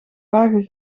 wagen